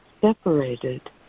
separated